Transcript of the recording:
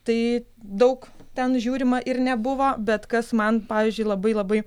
tai daug ten žiūrima ir nebuvo bet kas man pavyzdžiui labai labai